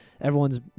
everyone's